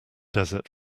desert